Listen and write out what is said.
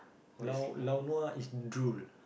lao nua is drool